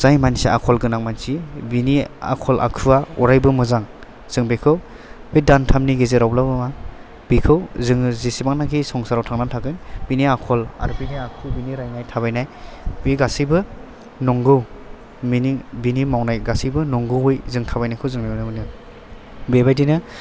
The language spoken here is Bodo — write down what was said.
जाय मानसिया आखल गोनां मानसि बेनि आखल आखुआ अरायबो मोजां जों बेखौ बे दानथामनि गेजेरावब्लाबो बेखौ जोङो जेसेबांनाखि संसाराव थांनानै थागोन बेनि आखल आरो बेनि आखु बेनि रायलायनाय थाबायनाय बे गासैबो नंगौ मिनिं बेनि मावनाय गासैबो नंगौयै जों थाबायनायखौ जोङो नुनो मोनो बेबादिनो